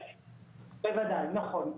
כן, כן בוודאי נכון.